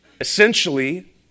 Essentially